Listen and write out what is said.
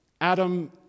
Adam